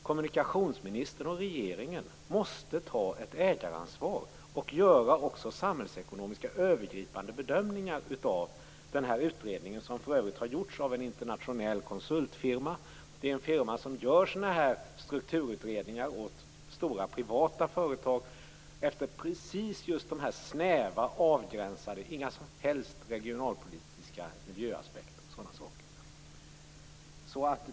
Kommunikationsministern och regeringen måste ta ett ägaransvar och göra samhällsekonomiska övergripande bedömningar av den utredning som för resten gjorts av en internationell konsultfirma som gör sådana här strukturutredningar åt stora privata företag utifrån snäva och avgränsade, inga som helst regionalpolitiska, aspekter.